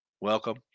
Welcome